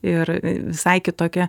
ir visai kitokie